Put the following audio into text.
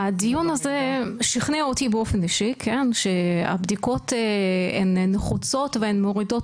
הדיון הזה שכנע אותי באופן אישי שהבדיקות הן נחוצות והן מרידות